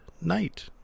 night